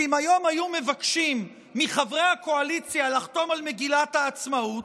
שאם היום היו מבקשים מחברי הקואליציה לחתום על מגילת העצמאות,